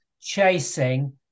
chasing